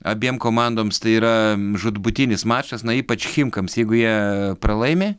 abiem komandoms tai yra žūtbūtinis mačas na ypač chimkams jeigu jie pralaimi